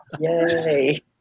Yay